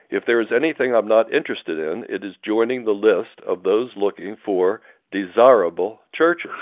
if there is anything i'm not interested in, it is joining the list of those looking for desirable churches.